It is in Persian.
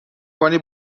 کنی